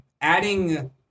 adding